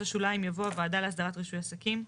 השוליים יבוא הוועדה להסדרת רישוי עסקים.